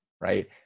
Right